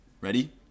Ready